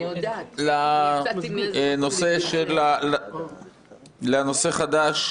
בקשר לנושא חדש,